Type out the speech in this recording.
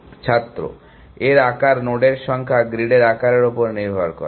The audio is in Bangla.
ছাত্র এর আকার নোডের সংখ্যা গ্রিডের আকারের উপর নির্ভর করে